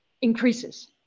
increases